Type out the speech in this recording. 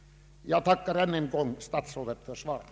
Jag tackar än en gång statsrådet för svaret.